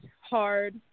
hard